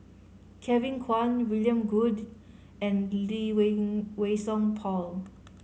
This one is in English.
Kevin Kwan William Goode and Lee Wei Wei SongPaul